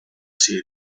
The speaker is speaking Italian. serie